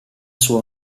sua